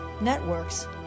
networks